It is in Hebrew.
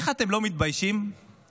איך אתם לא מתביישים לדעת